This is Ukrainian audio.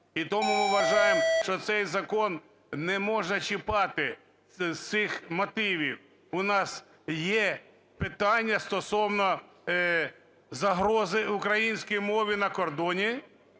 І тому ми вважаємо, що цей закон не можна чіпати з цих мотивів. У нас є питання стосовно загрози українській мові на кордоні